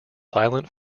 silent